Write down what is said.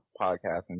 podcasting